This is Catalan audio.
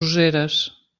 useres